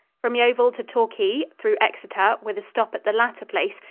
from yeovil to torquay, through exeter, with a stop at the latter place,